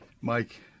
Mike